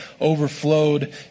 overflowed